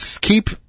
keep